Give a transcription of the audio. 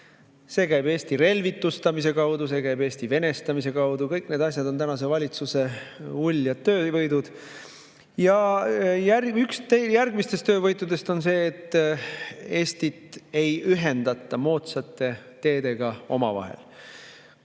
see käib Eesti relvitustamise kaudu, see käib Eesti venestamise kaudu. Kõik need asjad on tänase valitsuse uljad töövõidud. Üks järgmistest töövõitudest on see, et Eesti [piirkondi] ei ühendata moodsate teede abil omavahel. Kui